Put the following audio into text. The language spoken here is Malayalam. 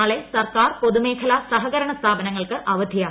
നാളെ സർക്കാർ പൊതുമേഖലാ സഹകരണ സ്ഥാപനങ്ങൾക്ക് അവധിയാണ്